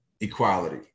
equality